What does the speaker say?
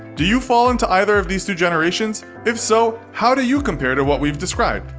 do you fall into either of these two generations? if so, how do you compare to what we've described?